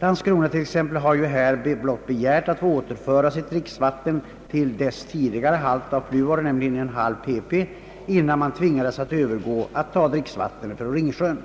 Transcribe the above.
Landskrona t.ex. har ju blott begärt att få återföra sitt dricksvatten till dess tidigare halt av fluor, nämligen 0,5 P:.P> innan man tvingades att övergå till att ta dricksvatten från Ringsjön.